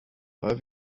aber